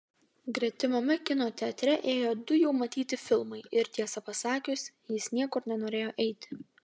gretimame kino teatre ėjo du jau matyti filmai ir tiesą pasakius jis niekur nenorėjo eiti